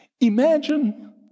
Imagine